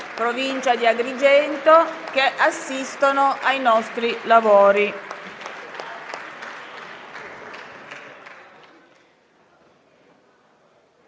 provincia di Agrigento, che assistono ai nostri lavori.